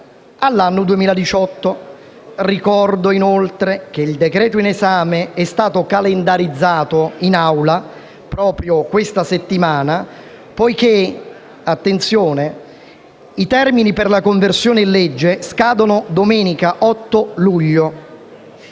all'anno 2018. Ricordo inoltre che il decreto-legge in esame è stato calendarizzato in Aula proprio questa settimana poiché - attenzione - i termini per la conversione in legge scadono domenica 8 luglio.